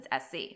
SC